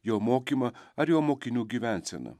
jo mokymą ar jo mokinių gyvenseną